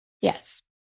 Yes